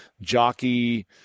jockey